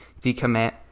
decommit